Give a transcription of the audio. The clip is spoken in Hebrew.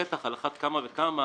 בטח על אחת כמה וכמה,